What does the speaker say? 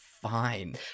fine